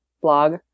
blog